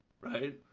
right